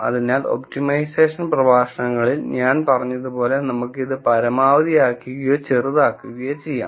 അതിനാൽ ഒപ്റ്റിമൈസേഷൻ പ്രഭാഷണങ്ങളിൽ ഞാൻ പറഞ്ഞതുപോലെ നമുക്ക് ഇത് പരമാവധിയാക്കുകയോ ചെറുതാക്കുകയോ ചെയ്യാം